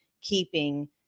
keeping